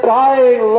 dying